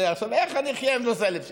עכשיו, איך אני אחיה עם 13,000 שקל?